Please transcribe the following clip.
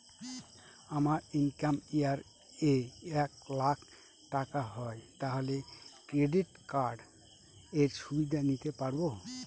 আমার income year এ এক লাক টাকা হয় তাহলে ক্রেডিট কার্ড এর সুবিধা নিতে পারবো?